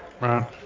Right